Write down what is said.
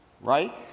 right